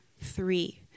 three